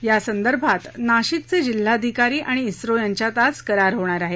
यासंदर्भात नाशिकचे जिल्हाधिकारी आणि इस्रो यांच्यात आज करार होणार आहे